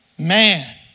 man